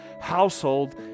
household